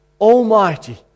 almighty